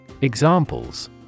Examples